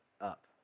up